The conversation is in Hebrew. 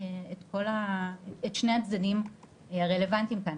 את שני הצדדים הרלוונטיים כאן,